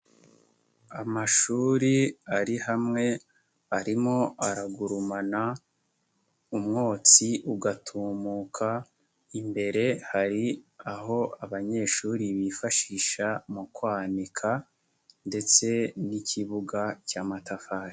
Amashuri ari hamwe arimo aragurumana umwotsi ugatumuka, imbere hari aho abanyeshuri bifashisha mu kwanika ndetse n'ikibuga cy'amatafari.